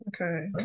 okay